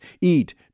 eat